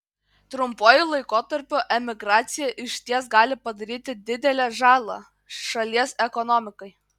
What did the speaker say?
trumpuoju laikotarpiu emigracija išties gali padaryti didelę žalą šalies ekonomikai